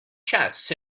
chests